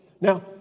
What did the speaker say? Now